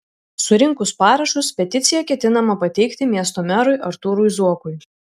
surinkus parašus peticiją ketinama pateikti miesto merui artūrui zuokui